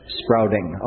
sprouting